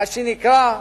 מה שנקרא,